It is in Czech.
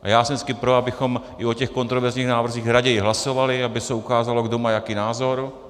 A já jsem vždycky pro, abychom i o těch kontroverzních návrzích raději hlasovali, aby se ukázalo, kdo má jaký názor.